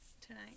Tonight